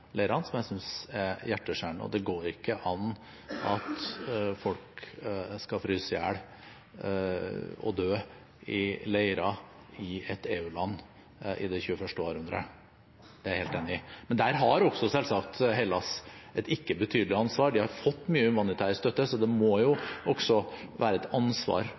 som jeg synes er hjerteskjærende, og det går ikke an at folk skal fryse i hjel og dø i leirer i et EU-land i det 21. århundret, det er jeg helt enig i. Men der har selvsagt også Hellas et ikke ubetydelig ansvar. De har fått mye humanitær støtte, så det må jo også være et ansvar